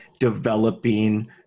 developing